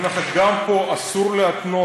אני אומר לך, גם פה אסור להתנות